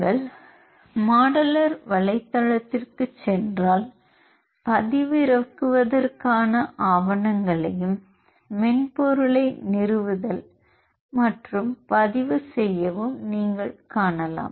நீங்கள் மாடலர் வலைத்தளத்திற்குச் சென்றால் பதிவிறக்குவதற்கான ஆவணங்களையும் மென்பொருளை நிறுவுதல் மற்றும் பதிவு செய்யவும் நீங்கள் காணலாம்